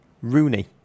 Rooney